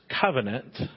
covenant